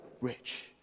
rich